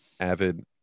avid